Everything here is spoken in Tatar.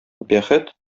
бәхет